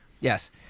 Yes